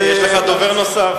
הנה, יש לך דובר נוסף.